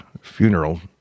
funeral